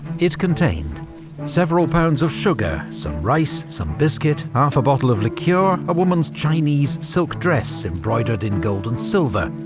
it contained several pounds of sugar, some rice, some biscuit, half a bottle of liqueur, a woman's chinese silk dress embroidered in gold and silver,